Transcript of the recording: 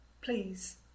Please